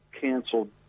canceled